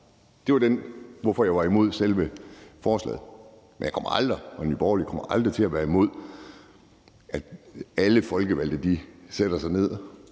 Det var derfor, jeg var imod selve forslaget. Men jeg og Nye Borgerlige kommer aldrig til at være imod, at alle folkevalgte sætter sig ned og